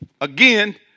Again